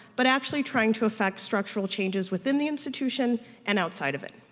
but actually trying to affect structural changes within the institution and outside of it.